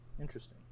interesting